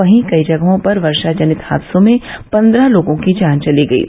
वहीं कई जगहों पर वर्शा जनित हादसों में पन्द्रह लोगों की जान चली गयी